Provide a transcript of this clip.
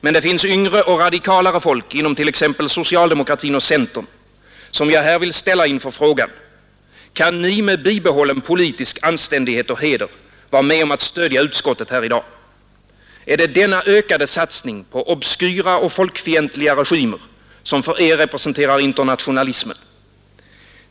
Men det är till yngre och radikalare folk inom t.ex. socialdemokratin och centern som jag här vill ställa frågan: Kan ni med bibehållen politisk anständighet och heder vara med om att stödja utskottet här i dag? Är det denna ökade satsning på obskyra och folkfientliga regimer som för er representerar internationalismen?